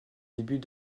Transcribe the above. débuts